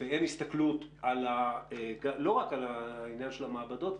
ואין הסתכלות לא רק על העניין של המעבדות,